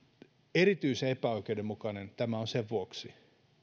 erityisen epäoikeudenmukainen tämä on sen vuoksi